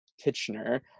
Kitchener